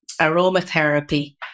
aromatherapy